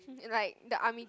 like the army